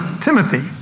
Timothy